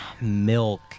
Milk